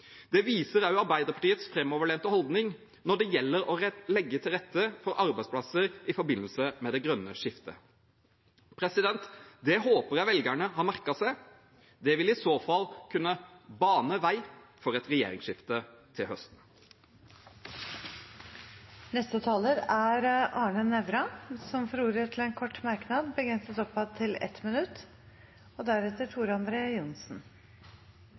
Det viser også Arbeiderpartiets framoverlente holdning når det gjelder å legge til rette for arbeidsplasser i forbindelse med det grønne skiftet. Det håper jeg velgerne har merket seg. Det vil i så fall kunne bane vei for et regjeringsskifte til høsten. Representanten Arne Nævra har hatt ordet to ganger tidligere i debatten og får ordet til en kort merknad, begrenset til 1 minutt.